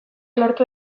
lortu